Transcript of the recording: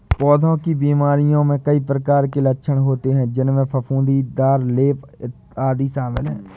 पौधों की बीमारियों में कई प्रकार के लक्षण होते हैं, जिनमें फफूंदीदार लेप, आदि शामिल हैं